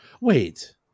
Wait